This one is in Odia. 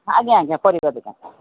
ଆଜ୍ଞା ଆଜ୍ଞା ପରିବା ଦୋକାନ